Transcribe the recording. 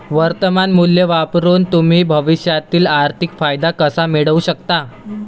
वर्तमान मूल्य वापरून तुम्ही भविष्यातील आर्थिक फायदा कसा मिळवू शकता?